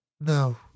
No